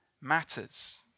matters